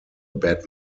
bad